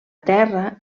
terra